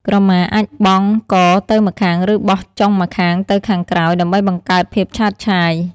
ក្រមាអាចបង់កទៅម្ខាង ឬបោះចុងម្ខាងទៅខាងក្រោយ ដើម្បីបង្កើតភាពឆើតឆាយ។